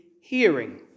hearing